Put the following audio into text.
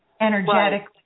energetically